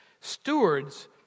Stewards